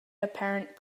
apparent